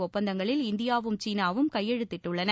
ஒப்பந்தங்களில் இந்தியாவும் சீனாவும் கையெழுத்திட்டுள்ளன